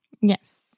Yes